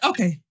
Okay